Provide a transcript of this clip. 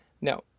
no